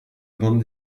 bande